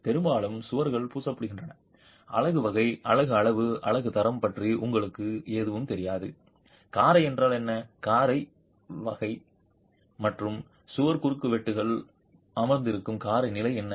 பெரும்பாலும் சுவர்கள் பூசப்படுகின்றன அலகு வகை அலகு அளவு அலகு தரம் பற்றி உங்களுக்கு எதுவும் தெரியாது காரை என்றால் என்ன காரை வகை மற்றும் சுவர் குறுக்குவெட்டுக்குள் அமர்ந்திருக்கும் காரை நிலை என்ன